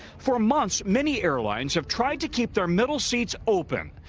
for months many airlines have tried to keep their middle seats open.